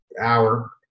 hour